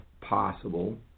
possible